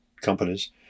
companies